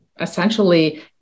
essentially